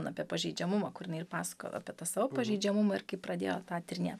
apie pažeidžiamumą kur jinai ir pasakoja apie tą savo pažeidžiamumą ir kaip pradėjo tą tyrinėt